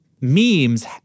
memes